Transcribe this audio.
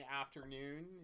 afternoon